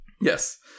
yes